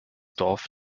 dorf